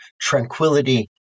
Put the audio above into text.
tranquility